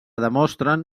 demostren